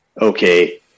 okay